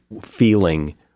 feeling